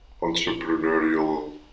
entrepreneurial